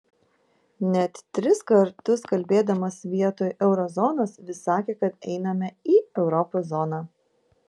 net tris kartus kalbėdamas vietoj euro zonos vis sakė kad einame į europos zoną